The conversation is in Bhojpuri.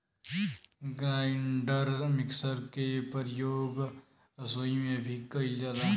ग्राइंडर मिक्सर के परियोग रसोई में भी कइल जाला